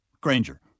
Granger